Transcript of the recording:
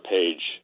Page